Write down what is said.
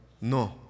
No